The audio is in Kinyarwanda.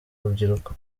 rubyiruko